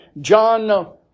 John